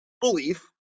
belief